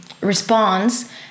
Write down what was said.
response